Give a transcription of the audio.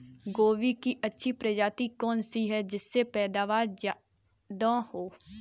गोभी की अच्छी प्रजाति कौन सी है जिससे पैदावार ज्यादा हो?